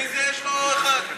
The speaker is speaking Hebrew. בטלוויזיה יש לו אחד.